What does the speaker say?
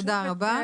תודה רבה.